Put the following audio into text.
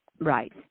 Right